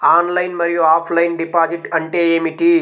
Online మరియు offline deposit అంటే ఏమిటి?